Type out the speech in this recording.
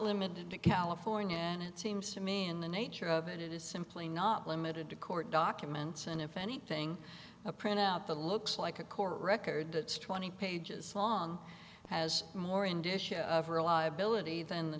limited to california and it seems to me in the nature of it it is simply not limited to court documents and if anything a print out the looks like a court record that's twenty pages long has more indicia of or a liability than the